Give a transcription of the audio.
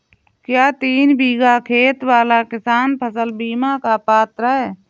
क्या तीन बीघा खेत वाला किसान फसल बीमा का पात्र हैं?